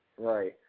Right